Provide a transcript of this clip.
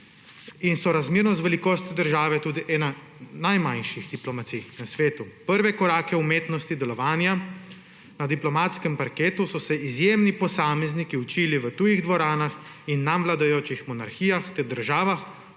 in sorazmerno z velikostjo države tudi ena najmanjših diplomacij na svetu. Prvih korakov umetnosti delovanja na diplomatskem parketu so se izjemni posamezniki učili v tujih dvoranah in nam vladajočih monarhijah ter državah,